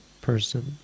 person